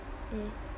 mm